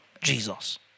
Jesus